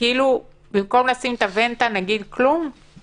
אתמול בשעה 24:00 בלילה התקיימו שיחות עם משרד המשפטים ודיברתי עם יוכי,